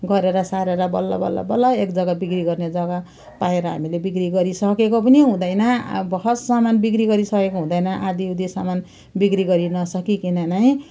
गरेर सारेर बल्ल बल्ल बल्ल एक जग्गा बिक्री गर्ने जग्गा पाएर हामी बिक्री गरिसकेको पनि हुँदैन अब भर्खर सामान बिक्री गरिसकेको हुँदैन आधीउधी सामान बिक्री गरी नसकिकन नै